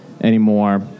anymore